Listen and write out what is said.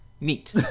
neat